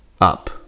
up